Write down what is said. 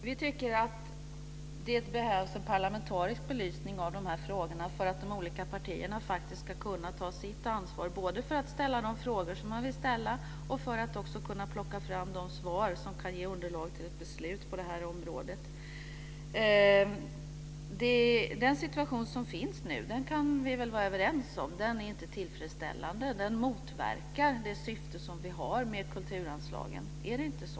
Fru talman! Vi tycker att det behövs en parlamentarisk belysning av frågorna för att de olika partierna ska kunna ta sitt ansvar för att ställa de frågor som ska ställas och för att plocka fram de svar som kan ge underlag till beslut på området. Den situation som finns kan vi vara överens om. Den är inte tillfredsställande. Den motverkar det syfte vi har med kulturanslagen. Är det inte så?